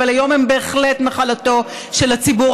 אבל היום הן בהחלט נחלתו של הציבור